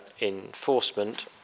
enforcement